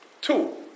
Two